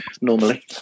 normally